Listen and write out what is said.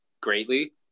greatly